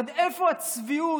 עד איפה הצביעות,